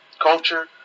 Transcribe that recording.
culture